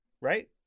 right